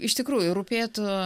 iš tikrųjų rūpėtų